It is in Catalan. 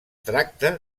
tracta